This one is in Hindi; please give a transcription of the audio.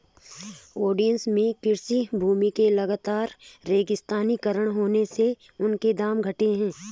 ओडिशा में कृषि भूमि के लगातर रेगिस्तानीकरण होने से उनके दाम घटे हैं